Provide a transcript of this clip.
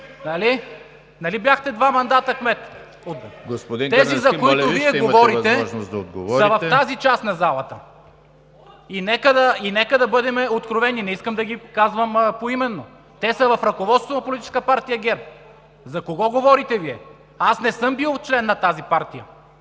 отговорите. ГЕОРГИ СВИЛЕНСКИ: Тези, за които Вие говорите, са в тази част на залата. Нека да бъдем откровени. Не искам да ги казвам поименно, те са в ръководството на Политическа партия ГЕРБ. За кого говорите Вие?! Аз не съм бил член на тази партия